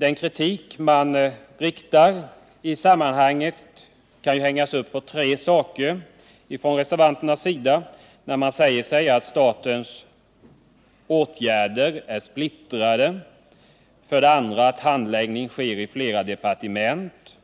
Den kritik som man från reservanternas sida framför i detta sammanhang kan sammanfattas i tre punkter: För det första är statens åtgärder beträffande folkrörelsernas verksamhet splittrade, för det andra sker handläggningen av frågorna i flera departement,